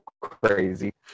crazy